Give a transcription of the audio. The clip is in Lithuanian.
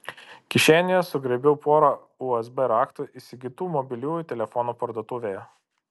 kišenėje sugraibiau porą usb raktų įsigytų mobiliųjų telefonų parduotuvėje